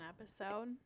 episode